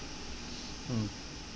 mm